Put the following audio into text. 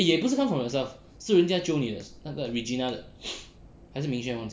eh 也不是 come from yourself 是人家 jio 你的那个 regina 还是 ming xuan 忘记了